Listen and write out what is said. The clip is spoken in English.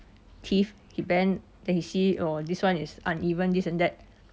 teeth he bend then he see that orh this one is uneven this and that